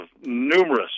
numerous